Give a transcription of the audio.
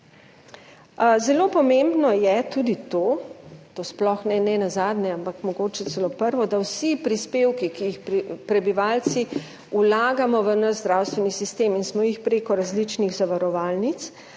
Zelo pomembno je tudi to, sploh ne nenazadnje, ampak mogoče celo prvo, da vsi prispevki, ki jih prebivalci vlagamo v naš zdravstveni sistem in smo jih vlagali prek različnih zavarovalnic,